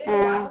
ம்